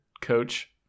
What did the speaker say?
coach